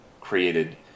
created